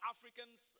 Africans